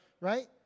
right